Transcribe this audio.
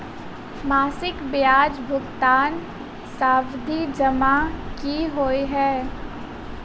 मासिक ब्याज भुगतान सावधि जमा की होइ है?